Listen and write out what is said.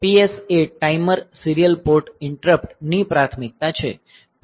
PS એ timer serial port interrupt ની પ્રાથમિકતા છે